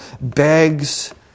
begs